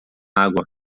água